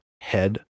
head